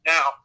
Now